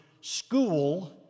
school